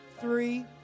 three